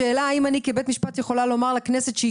השאלה האם אני כבית משפט יכולה לומר לכנסת שהיא